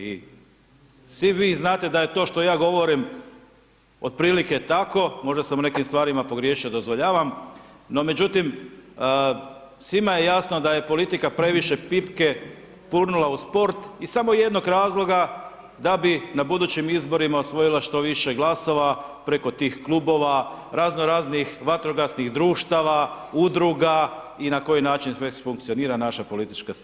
I svi vi znate da to što ja govorim, otprilike tako, možda sam u nekim stvarima pogriješio, dozvoljavam, no međutim, svima je jasno da je politika previše pipke gurnula u sport iz samo jednog razloga, da bi na budućim izborima osvojila što više glasova preko tih klubova, razno raznih vatrogasnih društava, udruga i na koji način sve već funkcionira naša politička scena.